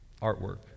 artwork